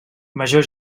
major